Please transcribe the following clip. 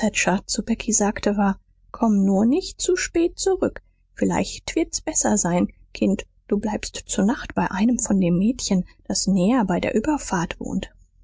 zu becky sagte war komm nur nicht zu spät zurück vielleicht wird's besser sein kind du bleibst zur nacht bei einem von den mädchen das näher bei der überfahrt wohnt